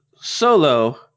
Solo